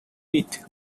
peat